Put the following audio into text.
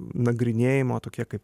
nagrinėjimo tokie kaip